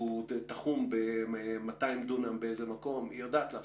זה יהיה שחקן חדש ואולי הוא יוריד את המחירים.